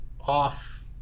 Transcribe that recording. off